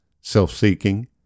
self-seeking